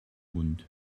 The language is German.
mund